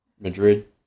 Madrid